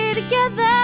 together